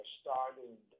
started